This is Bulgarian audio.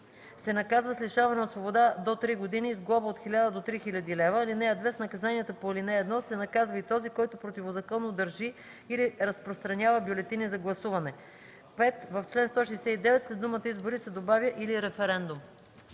се наказва с лишаване от свобода до три години и с глоба от хиляда до три хиляди лева. (2) С наказанието по ал. 1 се наказва и този, който противозаконно държи или разпространява бюлетини за гласуване.” 5. В чл. 169 след думата „избори” се добавя „или референдум”.”